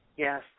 Yes